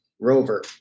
rover